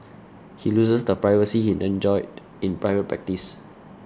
he loses the privacy he enjoyed in private practice